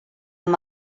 amb